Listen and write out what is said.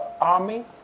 army